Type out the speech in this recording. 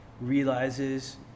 realizes